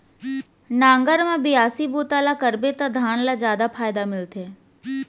नांगर म बियासी बूता ल करबे त धान ल जादा फायदा मिलथे